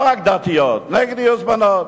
לא רק דתיות נגד גיוס בנות.